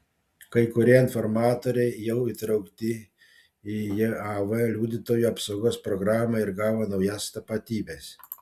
kai kurie informatoriai jau įtraukti į jav liudytojų apsaugos programą ir gavo naujas tapatybes